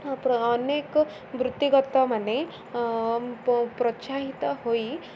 ଅନେକ ବୃତ୍ତିଗତ ମାନ ପ୍ରୋତ୍ସାହିତ ହୋଇ